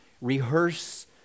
Rehearse